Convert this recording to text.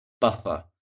buffer